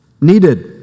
Needed